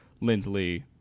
Lindsley